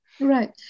right